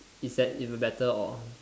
is that even better or